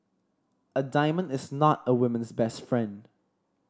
a diamond is not a woman's best friend